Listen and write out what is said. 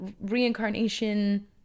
reincarnation